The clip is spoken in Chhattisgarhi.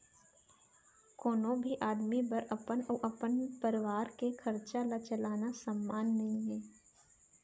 कोनो भी आदमी बर अपन अउ अपन परवार के खरचा ल चलाना सम्मान नइये